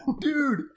Dude